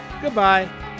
Goodbye